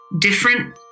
different